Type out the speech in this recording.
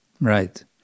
Right